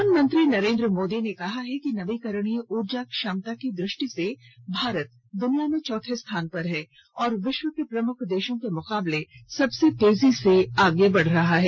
प्रधानमंत्री नरेन्द्र मोदी ने कहा है कि नवीकरणीय ऊर्जा क्षमता की दृष्टि से भारत दुनिया में चौथे स्थान पर है और विश्व के प्रमुख देशों के मुकाबले सबसे तेजी से आगे बढ़ रहा है